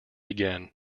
again